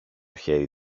χέρι